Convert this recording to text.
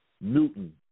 Newton